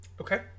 okay